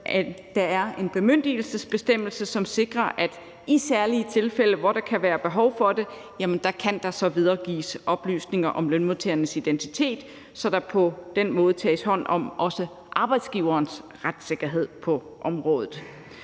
der er en bemyndigelsesbestemmelse, som sikrer, at der i særlige tilfælde, hvor der kan være behov for det, kan videregives oplysninger om lønmodtagernes identitet, så der på den måde tages hånd om også arbejdsgiverens retssikkerhed på området.